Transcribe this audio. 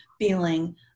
feeling